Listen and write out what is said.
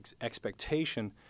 expectation